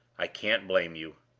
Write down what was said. i can't blame you.